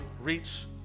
reach